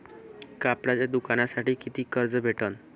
कापडाच्या दुकानासाठी कितीक कर्ज भेटन?